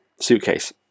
suitcase